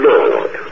Lord